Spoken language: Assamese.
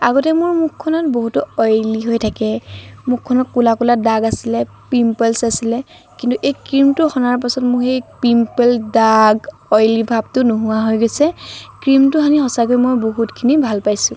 আগতে মোৰ মুখখনত বহু অইলী হৈ থাকে মুখখনত ক'লা ক'লা দাগ আছিলে পিম্পলচ্ আছিলে কিন্তু এই ক্ৰীমটো সনাৰ পাছত মোৰ সেই পিম্পল দাগ অইলী ভাবটো নোহোৱা হৈ গৈছে ক্ৰীমটো সানি সঁচাকৈ মই বহুতখিনি ভাল পাইছোঁ